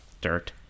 dirt